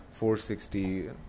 460